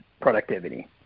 productivity